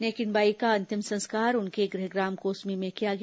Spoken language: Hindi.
नेमिन बाई का अंतिम संस्कार उनके गृहग्राम कोसमी में किया गया